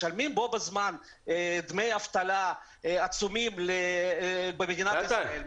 משלמים בו בזמן דמי אבטלה עצומים במדינת ישראל.